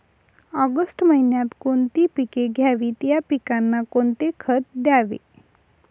August महिन्यात कोणती पिके घ्यावीत? या पिकांना कोणते खत द्यावे?